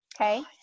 Okay